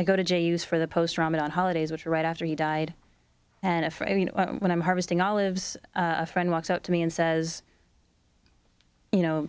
i go to jail used for the post ramadan holidays which are right after he died and if you know when i'm harvesting olives a friend walks up to me and says you know